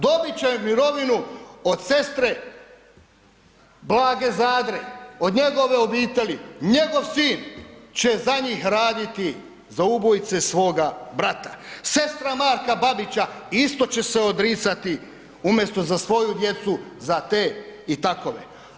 Dobit će mirovinu od sestre Blage Zadre od njegove obitelji, njegov sin će za njih raditi za ubojice svoga brata, sestra Marka Babića isto će se odricati umjesto za svoju djecu za te i takove.